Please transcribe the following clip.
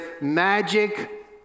Magic